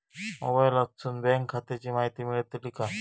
मोबाईलातसून बँक खात्याची माहिती मेळतली काय?